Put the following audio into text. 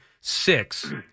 six